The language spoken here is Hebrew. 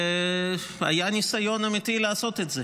היה ניסיון אמיתי לעשות את זה.